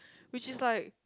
which is like